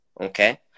okay